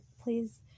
please